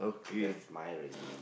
cause that's my really name